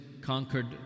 conquered